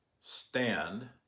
stand